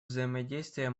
взаимодействия